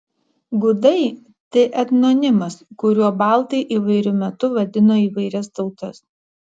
gudai tai etnonimas kuriuo baltai įvairiu metu vadino įvairias tautas